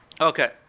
Okay